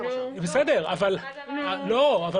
זה